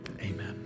amen